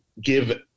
give